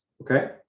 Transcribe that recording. okay